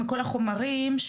בכל החומרים,